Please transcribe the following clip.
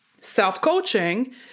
self-coaching